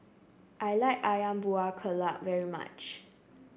I like ayam Buah Keluak very much